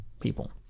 people